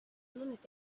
lunatic